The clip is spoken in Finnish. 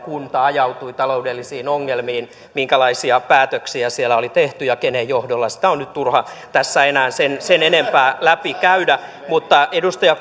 kunta ajautui taloudellisiin ongelmiin minkälaisia päätöksiä siellä oli tehty ja kenen johdolla sitä on nyt turha tässä enää sen sen enempää läpikäydä mutta edustaja